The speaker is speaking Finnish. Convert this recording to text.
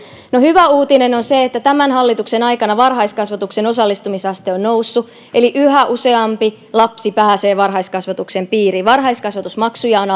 hyvä uutinen on se että tämän hallituksen aikana varhaiskasvatuksen osallistumisaste on noussut eli yhä useampi lapsi pääsee varhaiskasvatuksen piiriin varhaiskasvatusmaksuja on